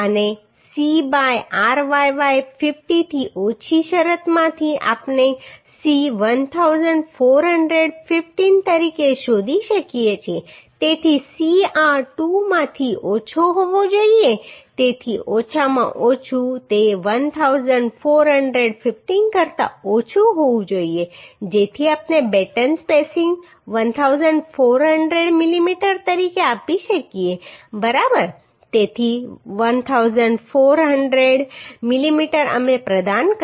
અને c by ryy 50 થી ઓછી શરતમાંથી આપણે C 1415 તરીકે શોધી શકીએ છીએ તેથી C આ 2 માંથી ઓછો હોવો જોઈએ તેથી ઓછામાં ઓછું તે 1415 કરતા ઓછું હોવું જોઈએ જેથી આપણે બેટન સ્પેસિંગ 1400 mm તરીકે આપી શકીએ બરાબર તેથી 1400 mm અમે પ્રદાન કરીશું